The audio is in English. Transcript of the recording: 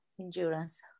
Endurance